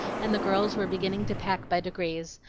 and the girls were beginning to pack by degrees,